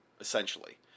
essentially